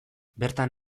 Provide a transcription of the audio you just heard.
bertan